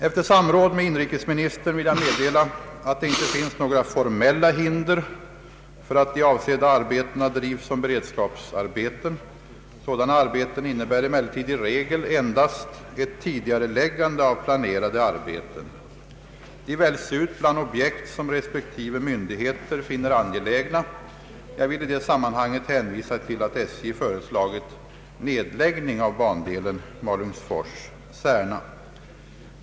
Efter samråd med inrikesministern vill jag meddela att det inte finns några formella hinder för att de avsedda arbetena drivs som beredskapsarbeten. Sådana arbeten innebär emellertid i regel endast ett tidigareläggande av planerade arbeten. De väljs ut bland objekt, som respektive myndigheter finner angelägna. Jag vill i det sammanhanget hänvisa till att SJ föreslagit nedläggning av bandelen Malungsfors— Särna.